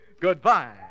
goodbye